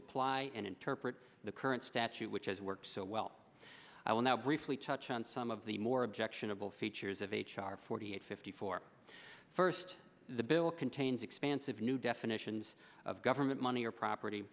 apply and interpret the current statute which has worked so well i will now briefly touch on some of the more objectionable features of h r forty eight fifty four first the bill contains expansive new definitions of government money or property